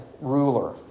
ruler